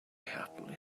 happily